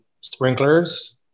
sprinklers